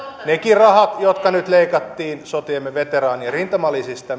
nekin rahat jotka nyt leikattiin sotiemme veteraanien rintamalisistä